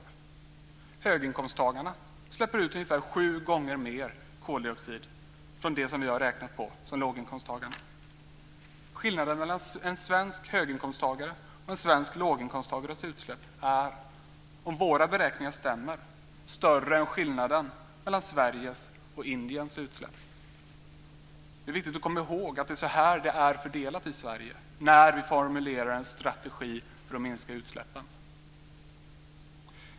Höginkomsttagarna släpper ut ungefär sju gånger mer koldioxid än låginkomsttagarna när det gäller det som vi har räknat på. Skillnaden mellan en svensk höginkomsttagares och en svensk låginkomsttagares utsläpp är, om våra beräkningar stämmer, större än skillnaden mellan Sveriges och Indiens utsläpp. Det är viktigt att komma ihåg att det är så här det är fördelat i Sverige när vi formulerar en strategi för att minska utsläppen.